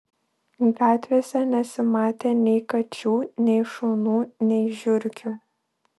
gatvėse nesimatė nei kačių nei šunų nei žiurkių